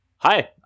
Hi